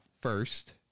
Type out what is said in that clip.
first